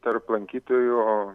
tarp lankytojų